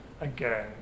again